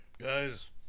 guys